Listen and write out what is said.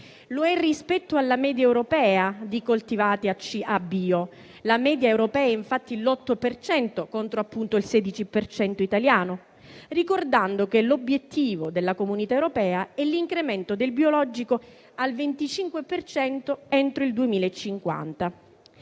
lo è rispetto alla media europea di coltivati a bio. La media europea è infatti all'8 per cento contro il 16 per cento italiano. Ricordo che l'obiettivo della comunità europea è l'incremento del biologico al 25 per cento entro il 2050.